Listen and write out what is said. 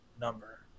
number